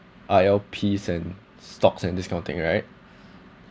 I_L_Ps and stocks and this kind of thing right